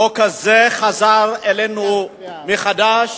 החוק הזה חזר אלינו מחדש